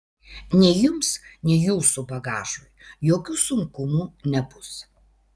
nei jums nei jūsų bagažui jokių sunkumų nebus